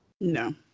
no